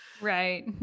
Right